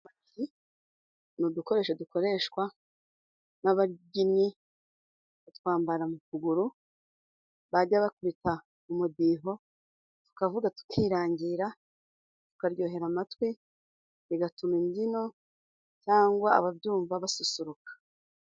Amayugi ni udukoresho dukoreshwa n'ababyinnyi. Batwambara mu kuguru. Bajya bakubita umudiho tukavuga tukirangira, tukaryohera amatwi. Bigatuma imbyino cyangwa ababyumva basusuruka.